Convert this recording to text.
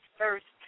first